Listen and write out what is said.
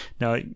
Now